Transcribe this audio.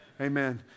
amen